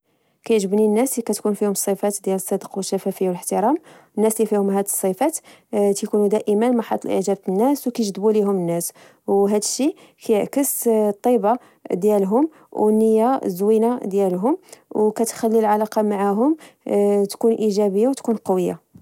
كيعجبني الناس لي كتكون فيهم الصفات ديال الصدق والشفافية و الإحترام، الناس لي فيهم هاد الصفات، تيكونو دائما محط إعجاب الناس، و كيجذبو ليهم الناس، و هادشي كيعكس الطيبة ديالهم، و النية زوينة ديالهم، و كتخلي العلاقة معاهم تكون إيجابية و تكون قوية